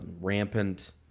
rampant